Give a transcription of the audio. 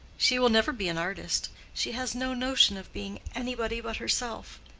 she will never be an artist she has no notion of being anybody but herself.